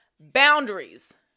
Boundaries